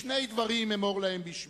'שני דברים אמור נא להם בשמי.